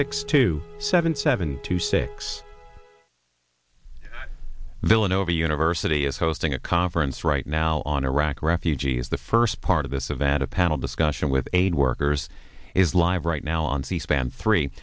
six two seven seven two six villanova university is hosting a conference right now on iraq refugees the first part of this event a panel discussion with aid workers is live right now on c span three